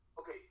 Okay